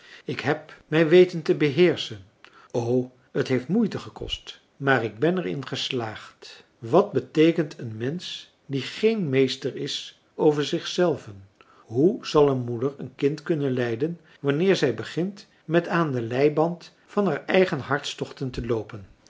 ik heb mij weten te beheerschen o het heeft moeite gekost maar ik ben er in geslaagd wat beteekent een mensch die geen meester is over zich zelven hoe zal een moeder een kind kunnen leiden wanneer zij begint met aan den leiband van haar eigen harstochten te loopen